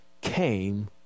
came